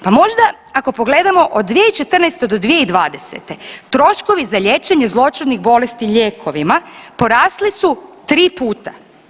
Pa možda ako pogledamo od 2014. do 2020. troškovi za liječenje zloćudnih bolesti lijekovima porasli su 3 puta.